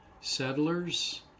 settlers